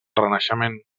renaixement